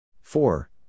Four